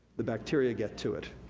the bacteria get to it.